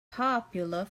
popular